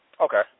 Okay